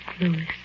Lewis